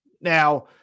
Now